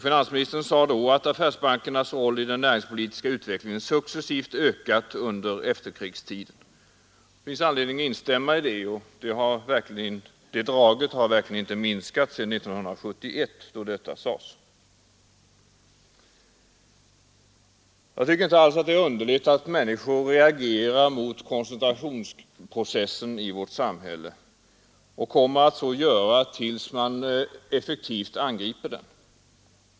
Finansministern sade då att affärsbankernas roll i den näringspolitiska utvecklingen har ökat successivt under efterkrigstiden. Det finns anledning instämma i det. Det draget har verkligen inte minskat sedan 1971, då detta sades. Det är inte alls underligt att människor reagerar mot koncentrationsprocessen i vårt samhälle och fortsätter att göra så till dess man effektivt angriper den.